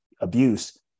abuse